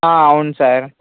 అవును సార్